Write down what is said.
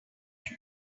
when